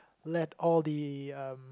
let all the uh